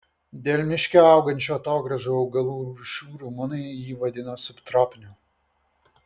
dėl miške augančių atogrąžų augalų rūšių rumunai jį vadina subtropiniu